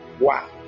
Wow